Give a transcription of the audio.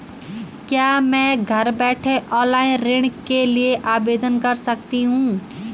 क्या मैं घर बैठे ऑनलाइन ऋण के लिए आवेदन कर सकती हूँ?